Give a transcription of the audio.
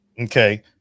Okay